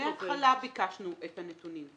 מהתחלה ביקשנו את הנתונים.